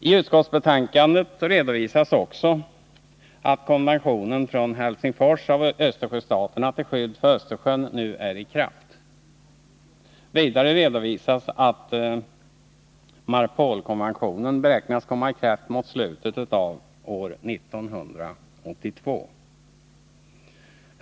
I utskottsbetänkandet redovisas också att konventionen från Helsingfors mellan Östersjöstaterna till skydd för Östersjön nu är i kraft. Vidare redovisas att MARPOL-konventionen beräknas komma i kraft mot slutet av år 1982.